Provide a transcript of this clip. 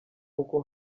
uko